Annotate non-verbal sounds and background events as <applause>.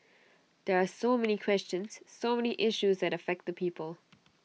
there are so many questions so many issues that affect the people <noise>